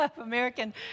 American